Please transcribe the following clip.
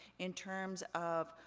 in terms of,